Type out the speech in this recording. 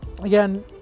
again